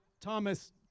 Thomas